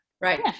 Right